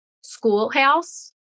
schoolhouse